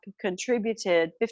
contributed